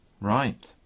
Right